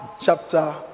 chapter